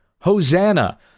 Hosanna